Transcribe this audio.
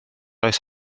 oes